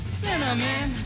cinnamon